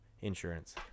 Insurance